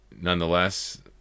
nonetheless